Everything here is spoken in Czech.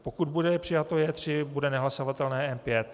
Pokud bude přijato J3, bude nehlasovatelné M5.